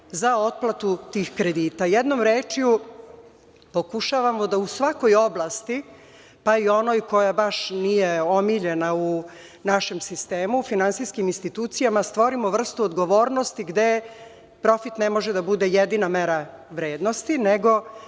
za otplatu tih kredita. Jednom rečju, pokušavamo da u svakoj oblasti, pa i onoj koja baš nije omiljena u našem sistemu, finansijskim institucijama, stvorimo vrstu odgovornosti gde profit ne može da bude jedina mera vrednosti,